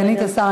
סגנית השר,